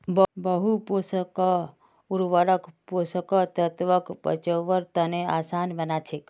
बहु पोषक उर्वरक पोषक तत्वक पचव्वार तने आसान बना छेक